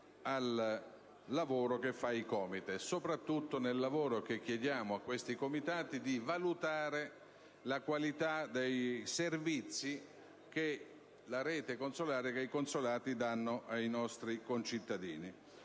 al lavoro che compie il COMITES, soprattutto quando chiediamo a questi Comitati di valutare la qualità dei servizi che la rete consolare e i consolati danno ai nostri concittadini.